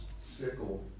sickle